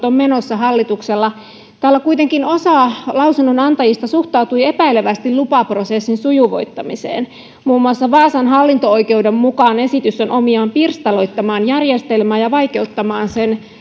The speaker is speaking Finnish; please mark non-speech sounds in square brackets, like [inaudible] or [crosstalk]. [unintelligible] on menossa byrokratian purkutalkoot täällä kuitenkin osa lausunnonantajista suhtautui epäilevästi lupaprosessin sujuvoittamiseen muun muassa vaasan hallinto oikeuden mukaan esitys on omiaan pirstaloittamaan järjestelmää ja vaikeuttamaan sen